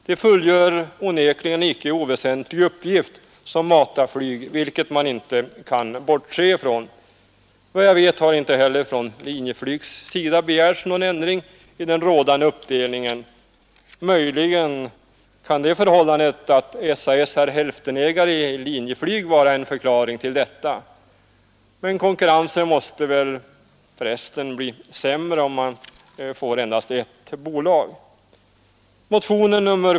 De fullgör onekligen en icke oväsentlig uppgift som matarflyg, vilket man inte kan bortse ifrån. Vad jag vet har inte heller Linjeflyg begärt någon ändring i den rådande uppdelningen. Möjligen kan det förhållandet att SAS är hälftendelägare i Linjeflyg vara en förklaring till detta. Konkurrensen måste väl för resten bli sämre om man får endast ett bolag.